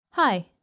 Hi